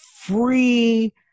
free